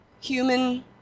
human